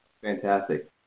Fantastic